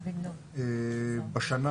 בשנה